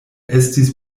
estis